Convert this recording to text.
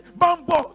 bambo